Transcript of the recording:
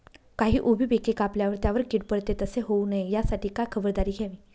काही उभी पिके कापल्यावर त्यावर कीड पडते, तसे होऊ नये यासाठी काय खबरदारी घ्यावी?